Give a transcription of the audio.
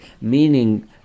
meaning